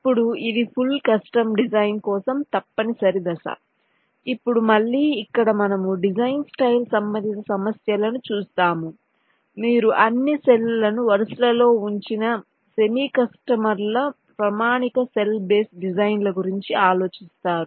ఇప్పుడు ఇది full custom design కోసం తప్పనిసరి దశ ఇప్పుడు మళ్ళీ ఇక్కడ మనము డిజైన్ స్టైల్ సంబంధిత సమస్యలను చూస్తాము మీరు అన్ని సెల్ లను వరుసలలో ఉంచిన సెమీ కస్టమర్ల ప్రామాణిక సెల్ బేస్ డిజైన్ల గురించి ఆలోచిస్తారు